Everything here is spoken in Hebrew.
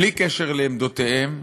בלי קשר לעמדותיהם,